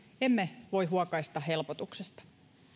emme voi huokaista helpotuksesta